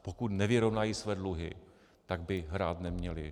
Pokud nevyrovnají své dluhy, tak by hrát neměli.